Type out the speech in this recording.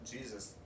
Jesus